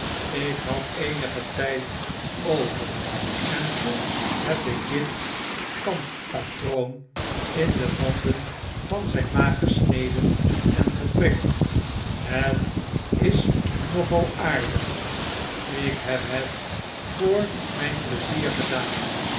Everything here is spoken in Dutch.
ik had eenigen tgd over en toenneb ik dit kantpatroon in de wanden van zyn maag gesneden en geprikt het is nog al aardig ik heb het voor mgn pleizier gedaan